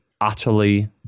utterly